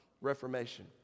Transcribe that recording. Reformation